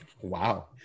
Wow